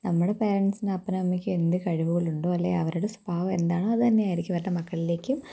നമ്മുടെ പേരന്സിന് അപ്പനും അമ്മയ്ക്കും എന്ത് കഴിവുകളുണ്ടോ അല്ലെൽ അവരുടെ സ്വഭാവം എന്താണോ അത് തന്നെ ആയിരിക്കും അവരുടെ മക്കളിലേക്കും